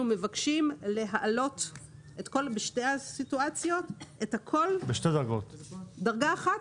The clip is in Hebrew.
אנחנו מבקשים להעלות בשתי הסיטואציות את הכול בדרגה אחת.